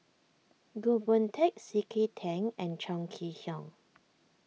Goh Boon Teck C K Tang and Chong Kee Hiong